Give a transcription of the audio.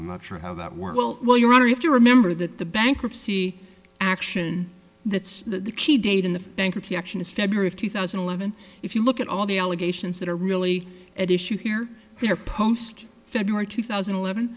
i'm not sure how that works well well your honor if you remember that the bankruptcy action that's the key date in the bankruptcy action is february of two thousand and eleven if you look at all the allegations that are really at issue here your post february two thousand and eleven